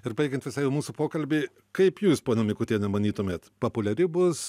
ir baigiant visai jau mūsų pokalbį kaip jūs ponia mikutiene manytumėt papuliari bus